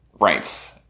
Right